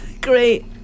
Great